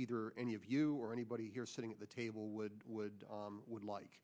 either or any of you or anybody here sitting at the table would would would like